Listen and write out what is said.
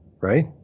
right